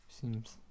seems